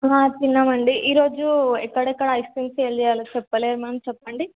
తిన్నామండి ఈరోజు ఎక్కడెక్కడ ఐస్క్రీమ్స్ సేల్ చెయ్యాలో చెప్పలేదు మరి చెప్పండి